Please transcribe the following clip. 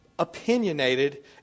opinionated